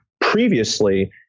previously